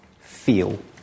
feel